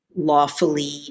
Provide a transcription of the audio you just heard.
lawfully